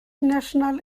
national